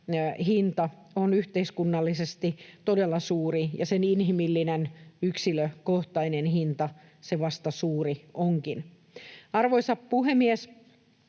hinta on yhteiskunnallisesti todella suuri, ja sen inhimillinen yksilökohtainen hinta se vasta suuri onkin. Arvoisa puhemies!